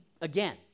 again